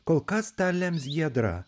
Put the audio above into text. kol kas tą lems giedrą